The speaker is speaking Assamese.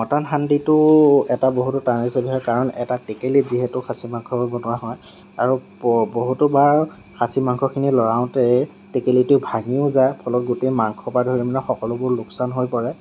মটন হাণ্ডিটোও এটা বহুতো টান ৰেচিপি হয় কাৰণ এটা টেকেলীত যিহেতু খাচী মাংস বনোৱা হয় আৰু বহুতো বাৰ খাচী মাংসখিনি লৰাওঁতে টেকেলীটো ভাঙিও যায় ফলত গোটেই মাংসৰ পৰা ধৰি মানে সকলোবোৰ লোকচান হৈ পৰে